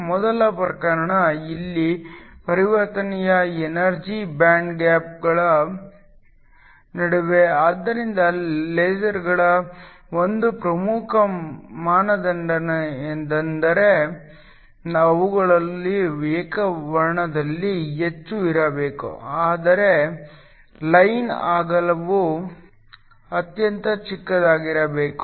ಮೊದಲ ಪ್ರಕರಣ ಇಲ್ಲಿ ಪರಿವರ್ತನೆಯು ಎನರ್ಜಿ ಬ್ಯಾಂಡ್ಗಳ ನಡುವೆ ಆದ್ದರಿಂದ ಲೇಸರ್ಗಳ ಒಂದು ಪ್ರಮುಖ ಮಾನದಂಡವೆಂದರೆ ಅವುಗಳು ಏಕವರ್ಣದಲ್ಲಿ ಹೆಚ್ಚು ಇರಬೇಕು ಅಂದರೆ ಲೈನ್ ಅಗಲವು ಅತ್ಯಂತ ಚಿಕ್ಕದಾಗಿರಬೇಕು